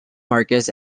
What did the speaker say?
marcus